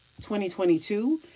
2022